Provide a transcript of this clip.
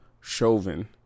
Chauvin